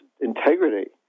integrity